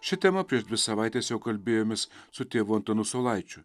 šia tema prieš dvi savaites jo kalbėjomės su tėvu antanu saulaičiu